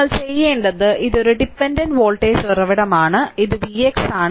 നിങ്ങൾ ചെയ്യേണ്ടത് ഇത് ഒരു ഡിപെൻഡന്റ് വോൾട്ടേജ് ഉറവിടമാണ് ഇത് Vx ആണ്